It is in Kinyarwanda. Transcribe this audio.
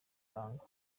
bwangu